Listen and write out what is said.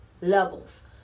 levels